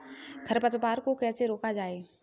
खरपतवार को कैसे रोका जाए?